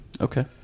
Okay